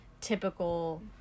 typical